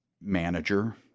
manager